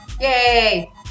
Yay